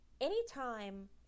anytime